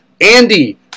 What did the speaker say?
andy